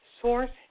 source